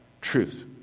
Truth